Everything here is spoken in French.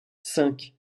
cinq